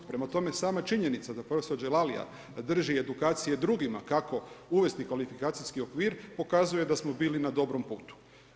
Prema tome sama činjenica da prof. Đelalija drži edukacije drugima kako uvesti kvalifikacijski okvir, pokazuje da smo bili na dobrom putu.